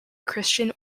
christian